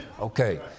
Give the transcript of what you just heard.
Okay